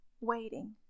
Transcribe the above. waiting